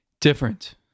Different